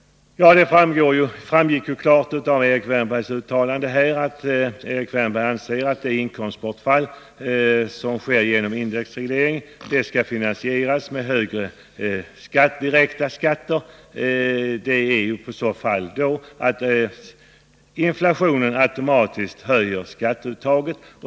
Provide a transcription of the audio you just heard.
Det framgick klart av Erik Wärnbergs anförande att han anser att det inkomstbortfall som sker genom indexregleringen skall finansieras med högre direkta skatter. Det innebär i så fall att inflationen automatiskt ökar skatteuttaget.